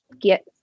get